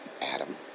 Adam